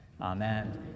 Amen